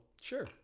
sure